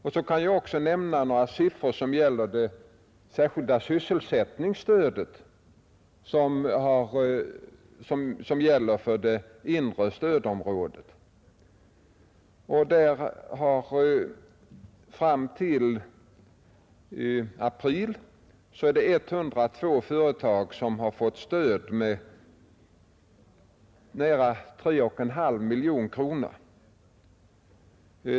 Låt mig också nämna några siffror beträffande det särskilda sysselsättningsstöd som gäller för det inre stödområdet. Fram till april i år har 102 företag fått stöd med nära 3,5 miljoner kronor.